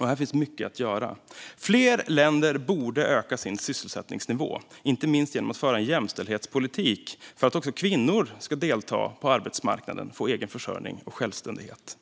och här finns mycket att göra. Fler länder borde öka sin sysselsättningsnivå, inte minst genom att föra en jämställdhetspolitik för att också kvinnor ska delta på arbetsmarknaden, få egen försörjning och uppnå självständighet.